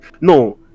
no